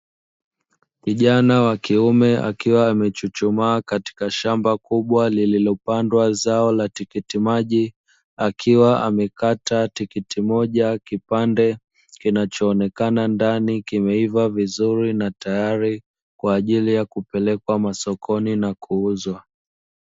Kijana wa kiume akiwa amechuchumaa katika shamba kubwa lililopandwa zao la tikiti maji, akiwa amekata tikiti moja kipande kinachoonekana ndani kimeiva vizuri na tayari kwa ajili ya kupelekwa masokoni na kuuzwa.